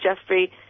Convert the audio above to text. Jeffrey